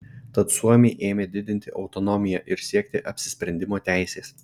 tad suomiai ėmė didinti autonomiją ir siekti apsisprendimo teisės